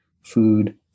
food